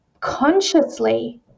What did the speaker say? consciously